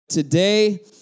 today